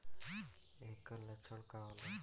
ऐकर लक्षण का होला?